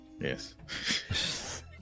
Yes